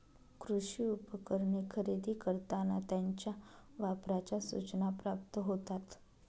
कृषी उपकरणे खरेदी करताना त्यांच्या वापराच्या सूचना प्राप्त होतात